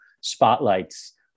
spotlights